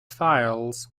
files